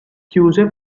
chiuse